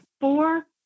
four